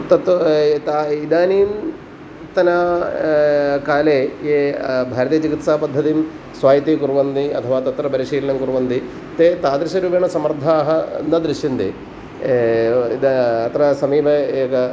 तत् इदानींतन काले ये भारतीय चिकित्सापद्धतिं स्वायत्तीकुर्वन्ति अथवा तत्र परिशीलनं कुर्वन्ति ते तादृशरूपेण समर्थाः न दृश्यन्ते अत्र समीपे एकः